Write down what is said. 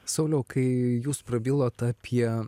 sauliau kai jūs prabilot apie